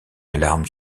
alarme